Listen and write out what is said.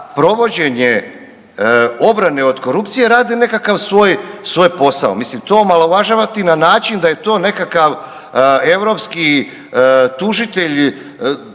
provođenje obrane od korupcije rade nekakav svoj, svoj posao. Mislim to omalovažavati na način da je to nekakav europski tužitelj